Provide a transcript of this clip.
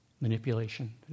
manipulation